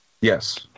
yes